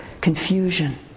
confusion